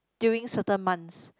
during certain months